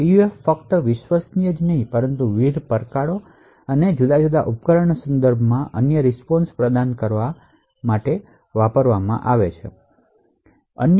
પીયુએફફક્ત વિશ્વસનીય જ નહીં પણ વિવિધ ચેલેન્જ અને જુદા જુદા ઉપકરણોના સંદર્ભમાં અનન્ય રીસ્પોન્શ પ્રદાન કરવા જોઈએ